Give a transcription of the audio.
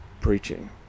preaching